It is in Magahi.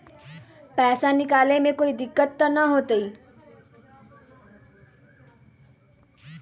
पैसा निकाले में कोई दिक्कत त न होतई?